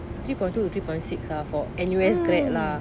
three point two to three point six ah for N_U_S grads lah